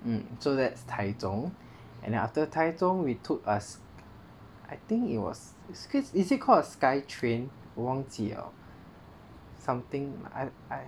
mm so that's taichung and then after taichung we took a I think it was is it called skytrain 我忘记了 something I I